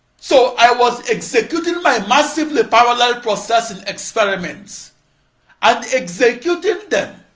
so, i was executing my massively parallel processing experiments and executing them